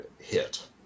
hit